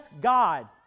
God